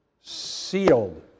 Sealed